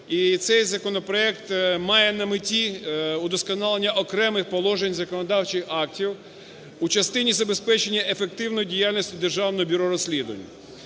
І цей законопроект має на меті удосконалення окремих положень законодавчих актів у частині забезпечення ефективної діяльності Державного бюро розслідувань.